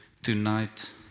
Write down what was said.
Tonight